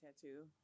Tattoo